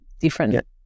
different